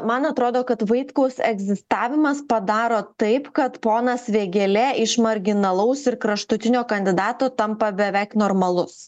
man atrodo kad vaitkaus egzistavimas padaro taip kad ponas vėgėlė iš marginalaus ir kraštutinio kandidato tampa beveik normalus